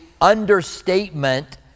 understatement